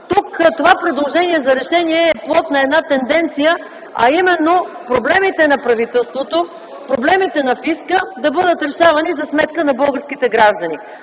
осъдена. Предложението за решение тук е плод на една тенденция, а именно проблемите на правителството, проблемите на фиска да бъдат решавани за сметка на българските граждани.